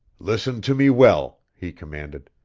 listen to me well, he commanded.